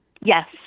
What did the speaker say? Yes